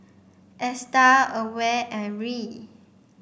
ASTAR AWARE and RI